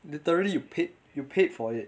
literally you paid you paid for it